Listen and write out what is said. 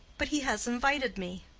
but he has invited me.